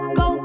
go